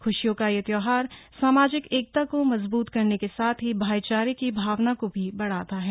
खुशियों का यह त्यौहार सामाजिक एकता को मजबूत करने के साथ ही भाईचारे की भावना को भी बढ़ाता है